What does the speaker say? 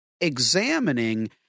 examining